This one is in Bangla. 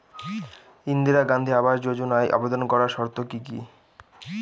ইন্দিরা গান্ধী আবাস যোজনায় আবেদন করার শর্ত কি কি?